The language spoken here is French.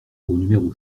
numéro